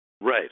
Right